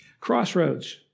Crossroads